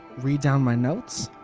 read down my notes.